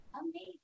amazing